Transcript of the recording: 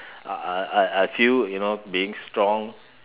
uh uh I feel you know being strong